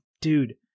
dude